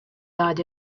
died